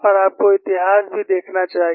और आपको इतिहास भी देखना चाहिए